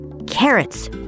carrots